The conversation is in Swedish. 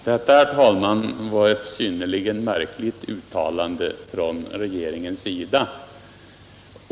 Detta, herr talman, var ett synnerligen märkligt uttalande från regeringens sida!